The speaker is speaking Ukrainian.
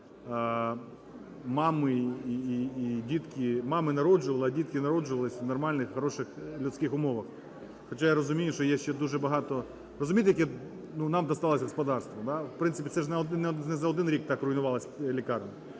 мами народжували, а дітки народжувались в нормальних, хороших, людських умовах. Хоча я розумію, що є ще дуже багато… Розумієте яке, ну, нам досталось господарство? В принципі, це ж не за один рік так руйнувалась лікарня,